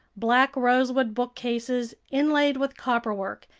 black-rosewood bookcases, inlaid with copperwork,